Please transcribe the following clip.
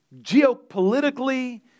Geopolitically